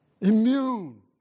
immune